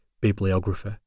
bibliography